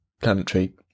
country